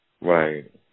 Right